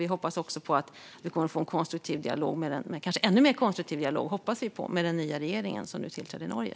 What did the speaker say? Vi hoppas också att vi kommer att kunna ha en kanske ännu mer konstruktiv dialog med den nya regering som nu tillträder i Norge.